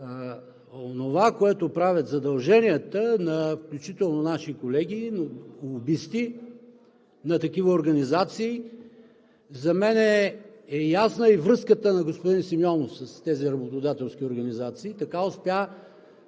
онова, което правят задълженията, включително на наши колеги лобисти на такива организации. За мен е ясна и връзката на господин Симеонов с тези работодателски организации. Така успя